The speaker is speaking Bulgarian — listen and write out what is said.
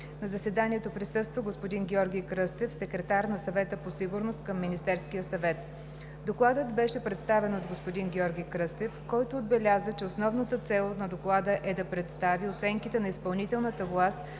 На заседанието присъства господин Георги Кръстев – секретар на Съвета по сигурност към Министерския съвет. Докладът беше представен от господин Георги Кръстев, който отбеляза, че основната цел на Доклада е да представи оценките на изпълнителната власт